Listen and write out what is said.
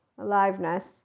Aliveness